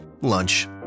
Lunch